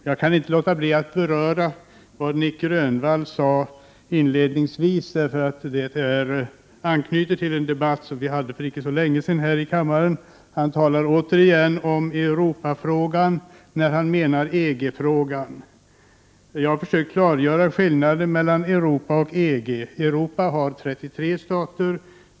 Jag kan inte låta bli att beröra vad Nic Grönvall sade inledningsvis. Det anknyter till en debatt som vi hade för inte så länge sedan här i kammaren. Han talar återigen om Europafrågan när han menar EG-frågan. Jag har försökt klargöra skillnaden mellan Europa och EG. Europa har 33 stater.